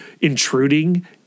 intruding